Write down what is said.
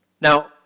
Now